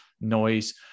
Noise